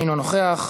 אינו נוכח,